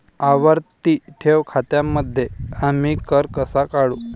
आवर्ती ठेव खात्यांमध्ये आम्ही कर कसा काढू?